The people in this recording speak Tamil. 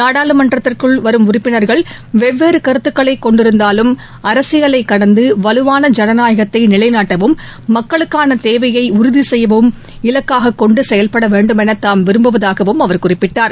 நாடாளுமன்றத்திற்குள் வரும் உறுப்பினர்கள் வெவ்வேறு கருத்துக்களை கொண்டிருந்தாலும் அரசியலை கடந்து வலுவான ஜனநாயகத்தை நிலைநாட்டவும் மக்களுக்கானதேவையை உறுதி செய்வதையும் இலக்காக கொண்டு செயல்பட வேண்டும் என தாம் விரும்புவதாகவும் அவர் குறிப்பிட்டார்